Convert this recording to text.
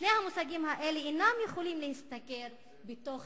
שני המושגים האלה אינם יכולים להסתגר בתוך